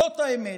זאת האמת.